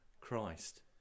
Christ